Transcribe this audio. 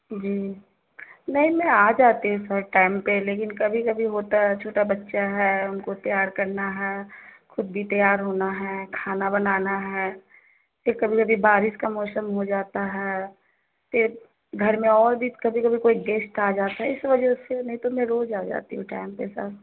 جی نہیں میں آ جاتی ہوں سر ٹائم پہ لیکن کبھی کبھی ہوتا ہے چھوٹا بچہ ہے ان کو تیار کرنا ہے خود بھی تیار ہونا ہے کھانا بنانا ہے پھر کبھی کبھی بارش کا موسم ہو جاتا ہے پھر گھر میں اور بھی کبھی کبھی کوئی گیسٹ آ جاتا ہے اس وجہ سے نہیں تو میں روز آ جاتی ہوں ٹائم پہ سر